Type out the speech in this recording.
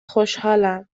خوشحالم